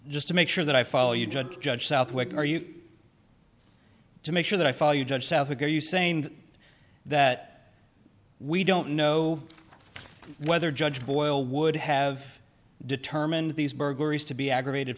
just to make sure that i follow you judge judge southwick are you to make sure that i follow you judge south again you saying that we don't know whether judge boyle would have determined these burglaries to be aggravated